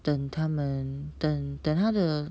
等他们等他的